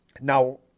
Now